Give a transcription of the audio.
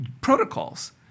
protocols